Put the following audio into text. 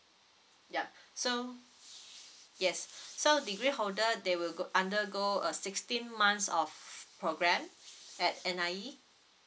yup so yes so degree holder they will go undergo a sixteen months of programme at N_I_E